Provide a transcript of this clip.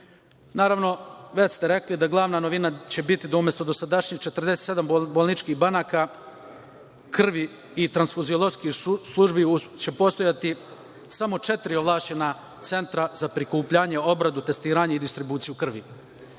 državi. Naravno, već ste rekli da će glavna novina biti umesto dosadašnjih 47 bolničkih banaka krvi i transfuzioloških službi, postojaće samo četiri ovlašćena centra za prikupljanje, obradu, testiranje i distribuciju krvi.I